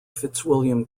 fitzwilliam